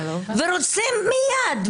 ורוצים מייד,